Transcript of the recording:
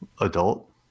adult